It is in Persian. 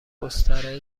گستره